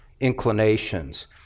inclinations